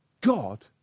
God